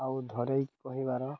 ଆଉ ଧରେଇ କହିବାର